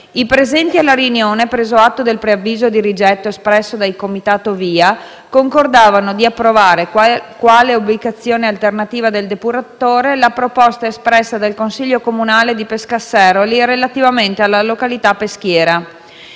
I presenti alla riunione, preso atto del preavviso di rigetto espresso dal CCR-VIA, concordavano di approvare, quale ubicazione alternativa del depuratore, la proposta espressa dal Consiglio comunale di Pescasseroli relativamente alla località Peschiera.